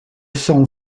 son